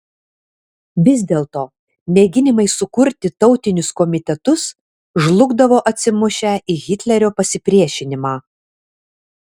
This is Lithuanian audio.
vis dėlto mėginimai sukurti tautinius komitetus žlugdavo atsimušę į hitlerio pasipriešinimą